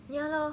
ya lor